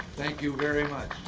thank you very much.